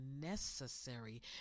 necessary